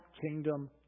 kingdom